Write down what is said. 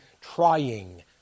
trying